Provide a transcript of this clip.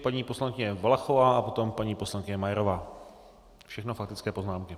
Paní poslankyně Valachová a potom paní poslankyně Majerová, všechno faktické poznámky.